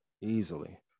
easily